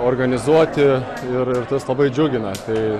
organizuoti ir ir tas labai džiugina tai